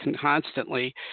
constantly